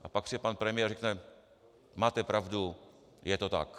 A pak přijde pan premiér a řekne: Máte pravdu, je to tak.